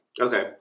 Okay